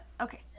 Okay